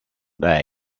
there